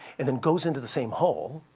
and then goes into the same hole.